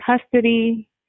custody